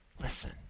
listen